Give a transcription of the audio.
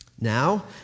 Now